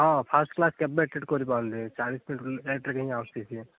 ହଁ first class କେବେ attend କରିପାରୁନି ଚାଳିଶ ମିନିଟ୍ ଲେଟ୍ ରେ ଯୋଉଁ ଆସୁଛି ସିଏ